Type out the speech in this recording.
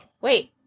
wait